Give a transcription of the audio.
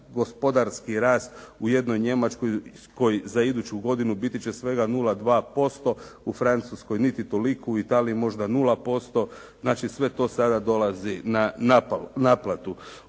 gospodarski rast u jednoj Njemačkoj za iduću godinu biti će svega 0,2%, u Francuskoj niti toliko, u Italiji možda 0%, znači sve to sada dolazi na naplatu.